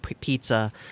pizza